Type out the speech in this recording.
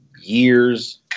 years